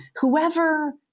whoever